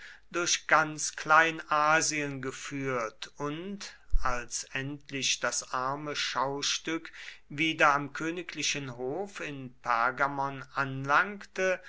durch ganz kleinasien geführt und als endlich das arme schaustück wieder am königlichen hof in pergamon anlangte